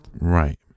Right